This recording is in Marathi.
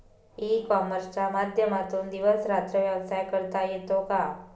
ई कॉमर्सच्या माध्यमातून दिवस रात्र व्यवसाय करता येतो का?